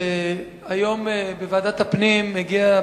היום בוועדת הפנים הגיע,